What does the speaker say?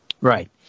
Right